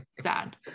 Sad